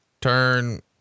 turn